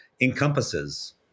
encompasses